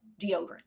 deodorant